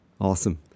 awesome